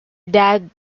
dad